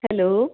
hello